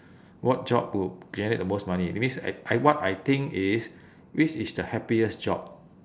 what job would generate the most money that means I I what I think is which is the happiest job